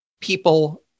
people